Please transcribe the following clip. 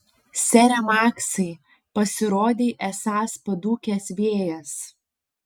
sere maksai pasirodei esąs padūkęs vėjas